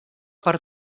per